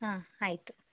ಹಾಂ ಆಯಿತು